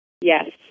Yes